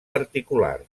particular